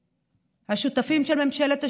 השותפים של ממשלת השינוי,